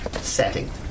setting